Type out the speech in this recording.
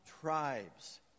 tribes